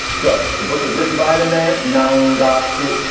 so the book was written by the man, nun gosset.